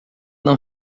não